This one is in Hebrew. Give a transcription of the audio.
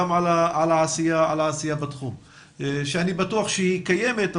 על העשייה בתחום שאני בטוח שהיא קיימת.